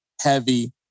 heavy